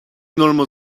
normal